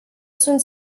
sunt